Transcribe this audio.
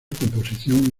composición